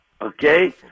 Okay